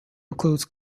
includes